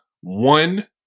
one